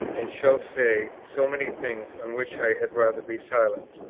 and shall say, so many things on which i had rather be silent.